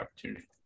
opportunity